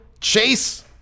Chase